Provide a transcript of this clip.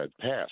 passed